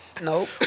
Nope